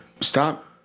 Stop